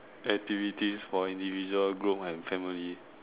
activities for individual group and family